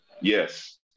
Yes